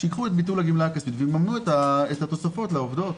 שייקחו את ביטול הגימלה הכספית ויממנו את התוספות לעובדות.